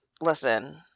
listen